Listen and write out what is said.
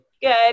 Good